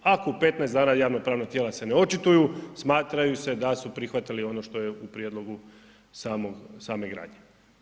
Ako u 15 dana javno-pravna tijela se ne očituju, smatraju se da su prihvatili ono što je u prijedlogu same gradnje.